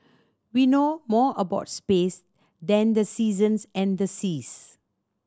we know more about space than the seasons and the seas